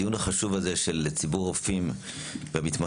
הדיון החשוב הזה של ציבור הרופאים והמתמחים,